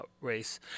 race